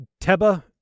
Teba